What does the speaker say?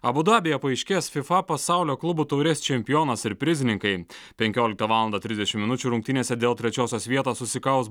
abu dabyje paaiškės fifa pasaulio klubų taurės čempionas ir prizininkai penkioliktą valandą trisdešim minučių rungtynėse dėl trečiosios vietos susikaus